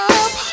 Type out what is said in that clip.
up